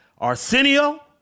Arsenio